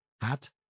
hat